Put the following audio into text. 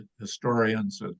historians